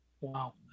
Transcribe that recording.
Wow